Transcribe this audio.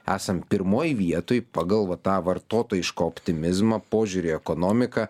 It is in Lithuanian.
esam pirmoj vietoj pagal tą vartotojiško optimizmo požiūrį į ekonomiką